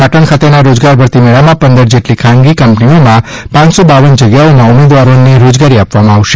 પાટણ ખાતેના રોજગાર ભરતી મેળામાં પંદર જેટલી ખાનગી કંપનીઓમાં પાંચસો બાવન જગ્યાઓમાં ઉમેદવારોન્ રોજગારી આપવામાં આવશે